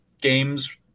games